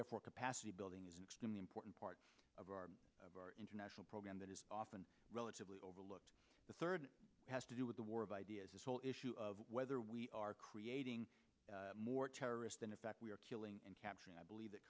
therefore capacity building is an extremely important part of our international program that is often relatively overlooked the third has to do with the war of ideas this whole issue of whether we are creating more terrorists than in fact we are killing and capturing i believe that